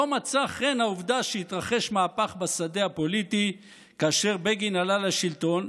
לא מצאה חן העובדה שהתרחש מהפך בשדה הפוליטי כאשר בגין עלה לשלטון,